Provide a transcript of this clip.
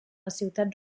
ciutat